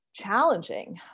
challenging